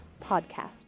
podcast